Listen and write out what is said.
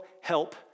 help